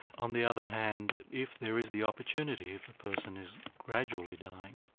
on the other hand, if there is the opportunity, if a person is gradually dying,